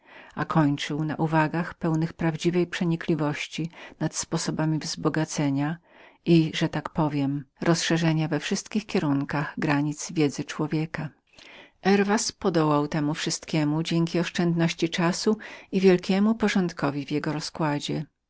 a kończył na uwagach pełnych prawdziwej przenikliwości nad sposobami dodania i że tak powiem rozszerzania we wszystkich kierunkach granic wiedzy człowieka herwas wystarczał wszystkiemu za pomocą oszczędności czasu i wielkiego wyrachowania w jego rozkładzie